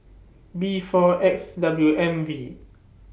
B four X W M V